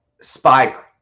spike